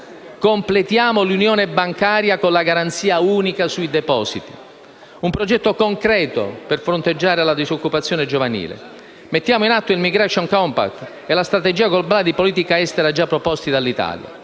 Completiamo l'unione bancaria con la garanzia unica sui depositi: un progetto concreto per fronteggiare la disoccupazione giovanile. Mettiamo in atto il *migration compact* e la strategia globale di politica estera, già proposti dall'Italia.